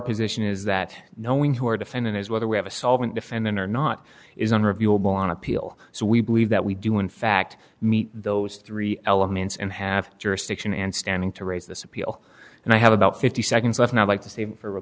position is that knowing who or defendant is whether we have a solvent defendant or not is an reviewable on appeal so we believe that we do in fact meet those three elements and have jurisdiction and standing to raise this appeal and i have about fifty seconds left now i like to save for